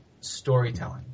storytelling